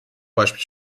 beispiel